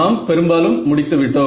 நான் பெரும்பாலும் முடித்து விட்டோம்